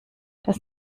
das